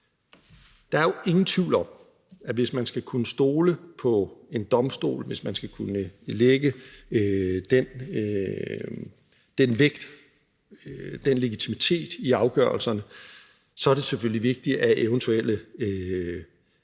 Der er jo ingen tvivl om, at hvis man skal kunne stole på en domstol, hvis man skal kunne lægge den vægt, den legitimitet i afgørelserne, så er det selvfølgelig vigtigt, at eventuelle